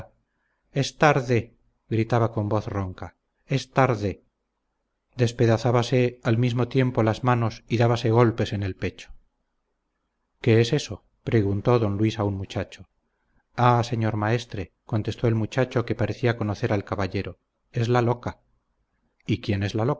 es tarde gritaba con voz ronca es tarde despedazábase al mismo tiempo las manos y dábase golpes en el pecho qué es eso preguntó don luis a un muchacho ah señor maestre contestó el muchacho que parecía conocer al caballero es la loca y quién es